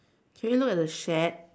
can you look at the shed